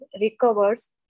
recovers